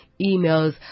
emails